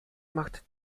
macht